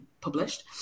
published